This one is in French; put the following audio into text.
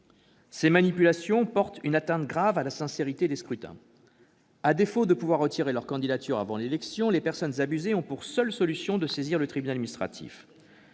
Ces manipulations portent une atteinte grave à la sincérité des scrutins. À défaut de pouvoir retirer leur candidature avant l'élection, les personnes abusées ont pour seule solution de saisir le tribunal administratif.